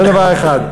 זה דבר אחד.